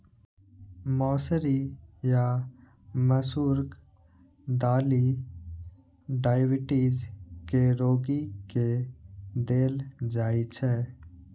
मौसरी या मसूरक दालि डाइबिटीज के रोगी के देल जाइ छै